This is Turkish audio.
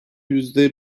yüzde